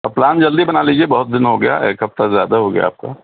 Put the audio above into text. اور پلان جلدی بنا لیجیے بہت دن ہو گیا ایک ہفتہ سے زیادہ ہو گیا آپ کو